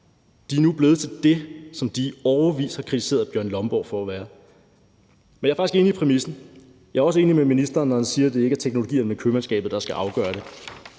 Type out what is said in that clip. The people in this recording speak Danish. De er nu blevet til det, som de i årevis har kritiseret Bjørn Lomborg for at være. Men jeg er faktisk enig i præmissen, og jeg er også enig med ministeren, når han siger, at det ikke er teknologi, men købmandskabet, der skal afgøre det.